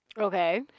Okay